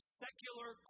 secular